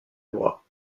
loi